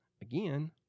again